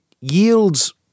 yields